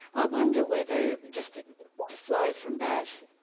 i wonder whether just to flow from that,